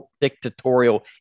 dictatorial